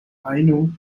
ainu